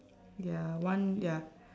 ya one ya